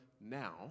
now